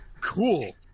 Cool